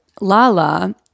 Lala